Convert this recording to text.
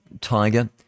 tiger